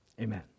amen